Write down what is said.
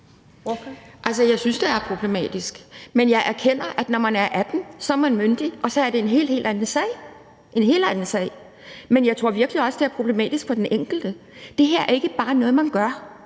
jeg synes, det er problematisk, men jeg erkender, at man, når man er 18 år, er myndig, og at det så er en helt, helt anden sag. Men jeg tror virkelig også, det er problematisk for den enkelte. Det her er ikke bare noget, man gør,